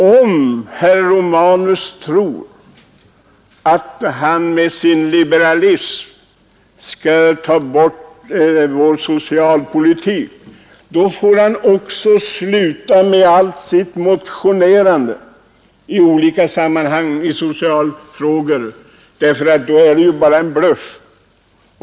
Om herr Romanus tror att han med sin liberalism skall ta bort vår socialpolitik får han också sluta med allt sitt motionerande i olika sociala frågor, därför att då är det ju bara en bluff.